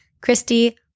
Christy